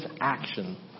action